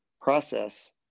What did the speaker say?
process